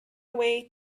away